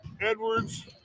Edwards